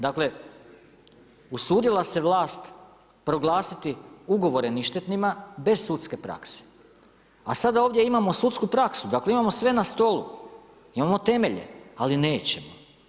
Dakle, usudila se vlast proglasiti ugovore ništetnima bez sudske prakse, a sada ovdje imamo sudsku praksu, dakle imamo sve na stolu, imamo temelje, ali nećemo.